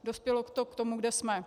Dospělo to k tomu, kde jsme.